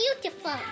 beautiful